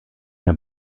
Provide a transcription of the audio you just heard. der